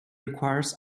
requires